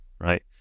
right